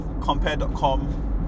Compare.com